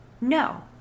No